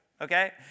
Okay